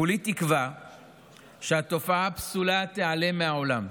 כולי תקווה שהתופעה הפסולה תיעלם מן העולם.